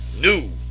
new